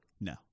No